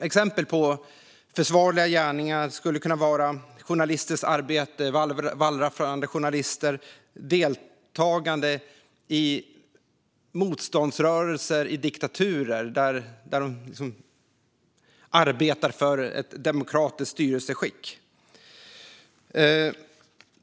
Exempel på försvarliga gärningar skulle kunna vara journalistiskt arbete, wallraffande journalister eller deltagande i motståndsrörelser i diktaturer där man arbetar för ett demokratiskt styrelseskick.